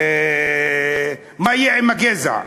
מה יהיה עם הגזע?